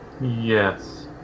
Yes